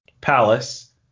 Palace